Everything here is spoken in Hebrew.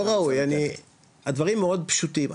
הדברים מאוד פשוטים,